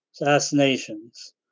assassinations